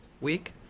Week